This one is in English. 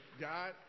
God